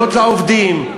בוא נדאג שכל האזרחים,